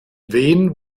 wen